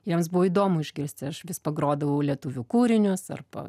jiems buvo įdomu išgirsti aš vis pagrodavau lietuvių kūrinius arba